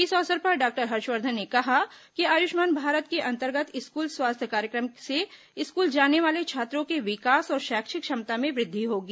इस अवसर पर डॉक्टर हर्षवर्धन ने कहा कि आयुष्मान भारत के अंतर्गत स्कूल स्वास्थ्य कार्यक्रम से स्कूल जाने वाले छात्रों के विकास और शैक्षिक क्षमता में वृद्धि होगी